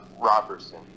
Roberson